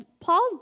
Paul's